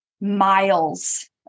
miles